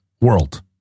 world